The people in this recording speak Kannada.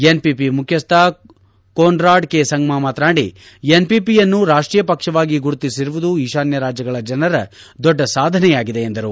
ಎನ್ಪಿಪಿ ಮುಖ್ಯಶ್ಥ ಕೊನ್ರಾಡ್ ಕೆ ಸಂಗ್ಮಾ ಮಾತನಾಡಿ ಎನ್ಪಿಪಿಯನ್ನು ರಾಷ್ಟೀಯ ಪಕ್ಷವಾಗಿ ಗುರುತಿಸಿರುವುದು ಈಶಾನ್ಯ ರಾಜ್ಯಗಳ ಜನರ ದೊಡ್ಡ ಸಾಧನೆಯಾಗಿದೆ ಎಂದರು